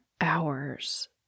hours